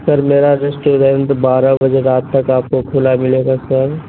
سر میرا ریسٹورینٹ بارہ بجے رات تک آپ کو کُھلا ملے گا سر